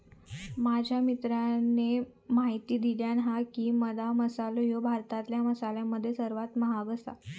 माझ्या मित्राने म्हायती दिल्यानं हा की, गदा मसालो ह्यो भारतातल्या मसाल्यांमध्ये सर्वात महाग आसा